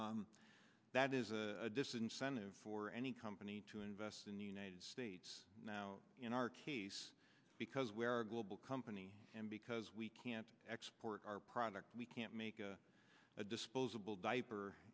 that is a disincentive for any company to invest in the united states now in our case because weare a global company and because we can't export our products we can't make a disposable diaper